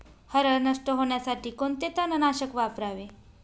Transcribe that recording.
हरळ नष्ट होण्यासाठी कोणते तणनाशक वापरावे?